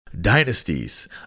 Dynasties